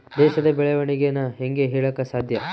ದೇಶದ ಬೆಳೆವಣಿಗೆನ ಹೇಂಗೆ ಹೇಳಕ ಸಾಧ್ಯ?